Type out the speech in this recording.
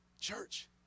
church